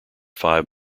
five